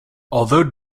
although